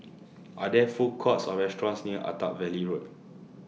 Are There Food Courts Or restaurants near Attap Valley Road